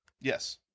Yes